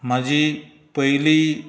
म्हाजी पयली